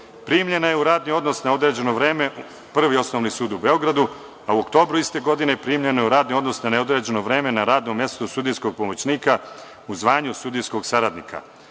primljena je u radni odnos na neodređeno vreme na radno mesto sudijskog pomoćnika u zvanju sudijskog saradnika.